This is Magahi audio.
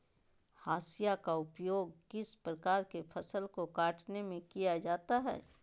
हाशिया का उपयोग किस प्रकार के फसल को कटने में किया जाता है?